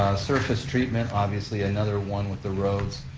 surface treatment, obviously another one with the roads,